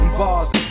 bars